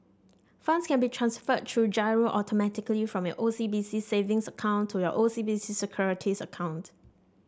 funds can be transferred through GIRO automatically from your O C B C Savings account to your O C B C Securities account